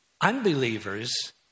unbelievers